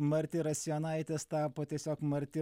martirasionaitės tapo tiesiog marti